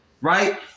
right